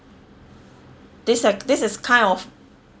this like this is kind of